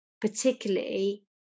particularly